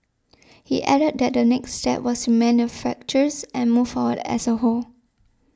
he added that the next step was to mend the fractures and move forward as a whole